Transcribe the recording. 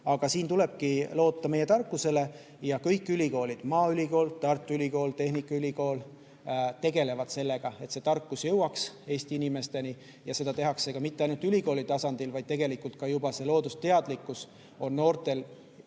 Aga siin tulebki loota meie tarkusele. Ja kõik ülikoolid, nii Maaülikool, Tartu Ülikool kui ka Tehnikaülikool, tegelevad sellega, et see tarkus jõuaks Eesti inimesteni. Ja seda ei tehta mitte ainult ülikooli tasandil, vaid tegelikult on loodusteadlikkus noortel väga